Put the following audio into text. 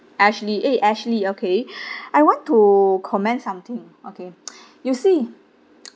ashley eh ashley okay I want to comment something okay you see